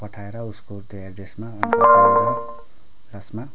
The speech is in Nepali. पठाएर उसको त्यो एड्रेसमा खासमा